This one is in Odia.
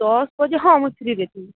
ବ୍ରସ୍ କରି ଯେ ହଁ ମୁଁ ଫ୍ରିରେ ଥିବି